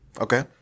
Okay